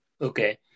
Okay